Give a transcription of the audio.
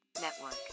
Network